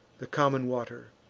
the common water,